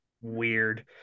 weird